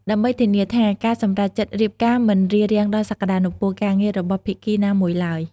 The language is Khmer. ដើម្បីធានាថាការសម្រេចចិត្តរៀបការមិនរារាំងដល់សក្តានុពលការងាររបស់ភាគីណាមួយឡើយ។